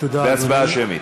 בהצבעה שמית.